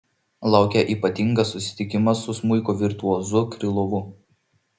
laukia ypatingas susitikimas su smuiko virtuozu krylovu